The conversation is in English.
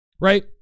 right